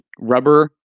rubber